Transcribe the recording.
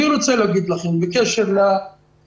אני רוצה להגיד לכם בקשר לסל.